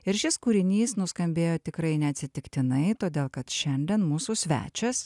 ir šis kūrinys nuskambėjo tikrai neatsitiktinai todėl kad šiandien mūsų svečias